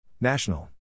National